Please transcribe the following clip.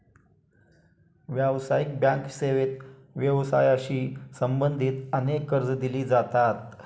व्यावसायिक बँक सेवेत व्यवसायाशी संबंधित अनेक कर्जे दिली जातात